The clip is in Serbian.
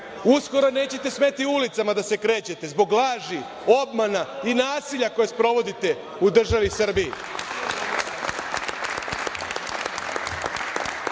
Uskoro nećete smeti ulicama da se krećete, zbog laži, obmana i nasilja koje sprovodite u državi Srbiji.U